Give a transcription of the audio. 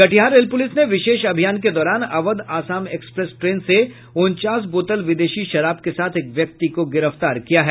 Katihar rail police ने विशेष अभियान के दौरान अवध आसाम एक्सप्रेस ट्रेन से उनचास बोतल विदेशी शराब के साथ एक व्यक्ति को गिरफ्तार किया है